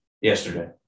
Yesterday